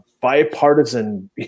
bipartisan